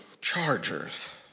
chargers